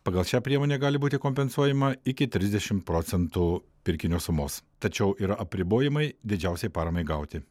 pagal šią priemonę gali būti kompensuojama iki trisdešimt procentų pirkinio sumos tačiau ir apribojimai didžiausiai paramai gauti